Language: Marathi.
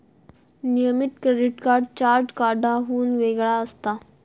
नियमित क्रेडिट कार्ड चार्ज कार्डाहुन वेगळा असता